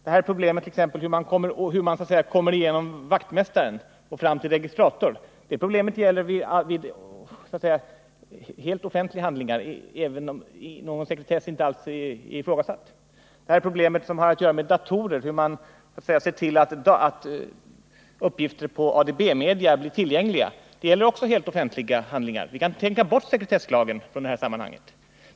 Men t.ex. problemet med att komma förbi vaktmästaren och fram till registratorn gäller ju också i fråga om helt offentliga handlingar, där någon sekretess inte alls är ifrågasatt. Också problemet med datorer och hur man ser till att uppgifter på ADB-media blir tillgängliga gäller helt offentliga handlingar. Vi kan således tänka bort sekretesslagen från det sammanhanget.